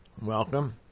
welcome